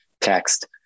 text